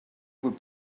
would